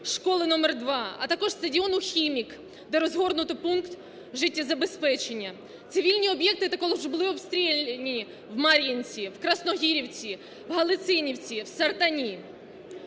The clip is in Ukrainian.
школи номер 2, а також стадіону "Хімік", де розгорнуто пункт життєзабезпечення. Цивільні об'єкти також були обстріляні в Мар'янці, в Красногорівці, в Галицинівці, в Сартані.